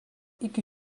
iki